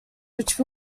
which